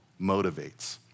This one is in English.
motivates